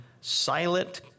silent